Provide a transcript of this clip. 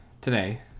today